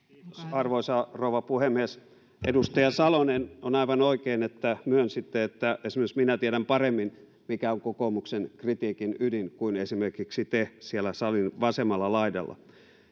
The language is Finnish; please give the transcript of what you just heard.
arvoisa rouva puhemies edustaja salonen on aivan oikein että myönsitte että esimerkiksi minä tiedän paremmin mikä on kokoomuksen kritiikin ydin kuin esimerkiksi te siellä salin vasemmalla laidalla